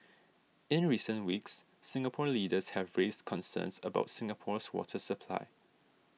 in recent weeks Singapore leaders have raised concerns about Singapore's water supply